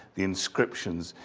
the inscriptions.